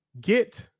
get